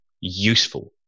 useful